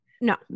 No